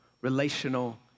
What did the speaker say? relational